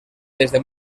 desde